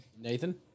Nathan